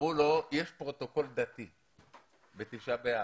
אמרו לו, יש פרוטוקול דתי ב-ט' באב.